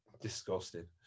disgusting